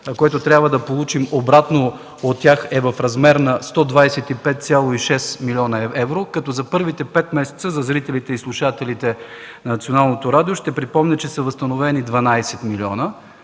който трябва да получим обратно от тях, е в размер на 125,6 млн. евро, като за първите пет месеца – за зрителите и слушателите на Националното радио, ще припомня, че са възстановени 12 милиона,